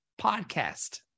podcast